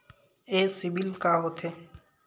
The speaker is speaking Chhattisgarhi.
ये सीबिल का होथे?